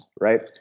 right